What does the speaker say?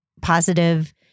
positive